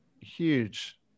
huge